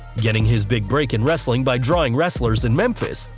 getting his big break in wrestling by drawing wrestlers in memphis,